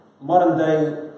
modern-day